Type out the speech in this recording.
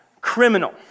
criminal